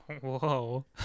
Whoa